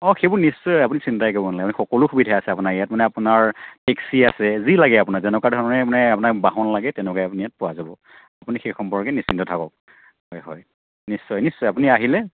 অ' সেইবোৰ নিশ্চয় আপুনি চিন্তাই কৰিব নালাগে আপুনি সকলো সুবিধাই আছে আপোনাৰ ইয়াত মানে আপোনাৰ টেক্সি আছে যি লাগে আপোনাক যেনেকুৱা ধৰণে আপোনাক বাহন লাগে তেনেকুৱাই আপুনি ইয়াত পোৱা যাব আপুনি সেই সম্পৰ্কে নিশ্চিন্ত থাকক হয় হয় নিশ্চয় নিশ্চয় আপুনি আহিলে